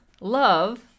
love